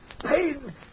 Pain